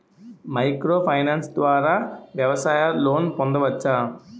Micro finance ద్వారా వ్యవసాయ loan పొందవచ్చా?